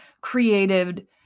created